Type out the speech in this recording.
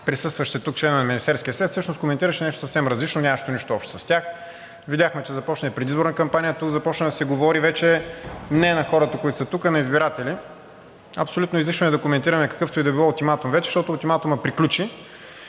присъстващите тук членове на Министерския съвет, всъщност коментираше нещо съвсем различно, нямащо нищо общо с тях. Видяхме, че започна и предизборна кампания. Тук започна да се говори вече не на хората, които са тук, а на избиратели. Абсолютно излишно е да коментираме какъвто и да било ултиматум вече, защото ултиматумът приключи.